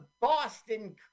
Boston